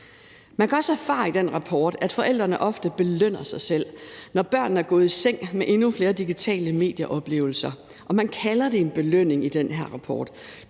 Man kan også erfare i den rapport, at forældrene ofte belønner sig selv, når børnene er gået i seng, med endnu flere digitale medieoplevelser. Og man kalder det en belønning i den her rapport.